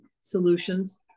solutions